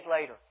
later